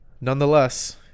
Nonetheless